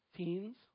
teens